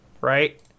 Right